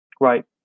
Right